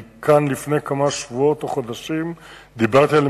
לפני כמה שבועות או חודשים דיברתי כאן על